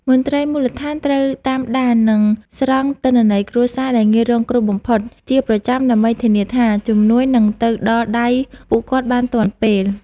មន្ត្រីមូលដ្ឋានត្រូវតាមដាន និងស្រង់ទិន្នន័យគ្រួសារដែលងាយរងគ្រោះបំផុតជាប្រចាំដើម្បីធានាថាជំនួយនឹងទៅដល់ដៃពួកគាត់បានទាន់ពេល។